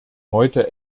heute